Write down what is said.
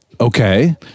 okay